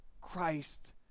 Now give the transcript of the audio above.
Christ